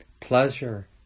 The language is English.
pleasure